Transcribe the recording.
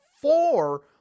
four